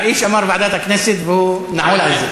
ועדת הפנים תמיד טוב.